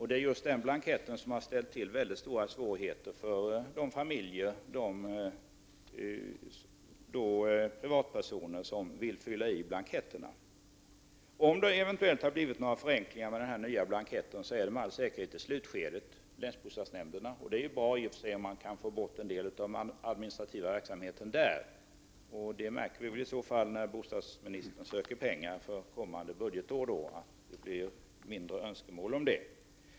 Det är denna blankett som har ställt till så stora svårigheter för de familjer och privatpersoner som vill fylla i den. Om det har blivit några förenklingar med denna blankett så är det med all säkerhet i slutskedet hos länsbostadsnämnderna och det är ju i och för sig bra om man kan få bort en del av den administrativa verksamheten där. Det märker vi väl i så fall när bostadsministern söker pengar för kommande budgetår och då önskar sig mindre pengar.